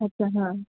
अच्छा हां